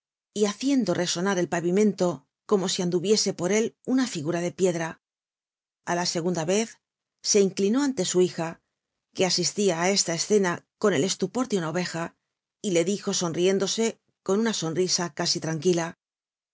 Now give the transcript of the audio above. y haciendo resonar el pavimento como si anduviese por él una figura de piedra a la segunda vez se inclinó ante su hija que asistia á esta escena con el estupor de una oveja y le dijo sonriéndose con una sonrisa casi tranquila